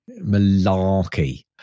Malarkey